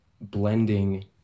blending